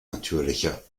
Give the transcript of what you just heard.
natürlicher